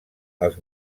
els